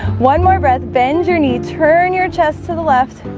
one more breath bend your knee. turn your chest to the left